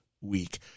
week